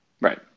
Right